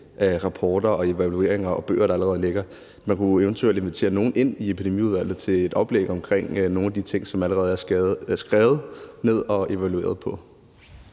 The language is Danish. af rapporter, evalueringer og bøger, der allerede ligger. Man kunne jo eventuelt invitere nogle ind i Epidemiudvalget til et oplæg om nogle af de ting, som allerede er skrevet ned og evalueret på.